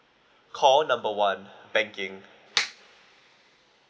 call number one banking